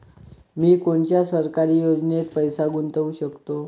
मी कोनच्या सरकारी योजनेत पैसा गुतवू शकतो?